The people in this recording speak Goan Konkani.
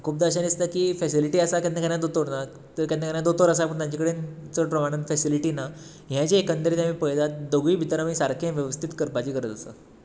खुबदां अशें दिसता की फेसिलिटी आसा केन्ना केन्ना दोतोर ना तर केन्ना केन्ना दोतोर आसा पूण तांचे कडेन चड प्रमाणांत फेसिलिटी न्ही हें जें एकंदरीत आमी पळयतात दोगूय भितर आमी सारकेंच वेवस्थीक करपाची गरज आसा